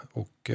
och